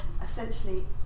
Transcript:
essentially